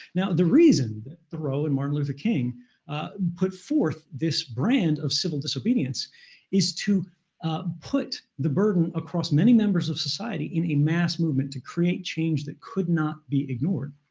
now the reason that thoreau and martin luther king put forth this brand of civil disobedience is to put the burden across many members of society in the mass movement to create change that could not be ignored.